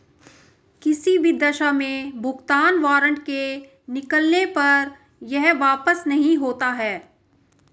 किसी भी दशा में भुगतान वारन्ट के निकलने पर यह वापस नहीं होता है